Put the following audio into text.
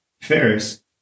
Ferris